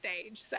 stage